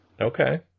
Okay